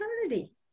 eternity